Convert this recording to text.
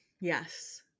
Yes